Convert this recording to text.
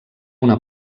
una